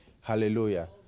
Hallelujah